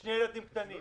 לשני ילדים קטנים,